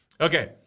Okay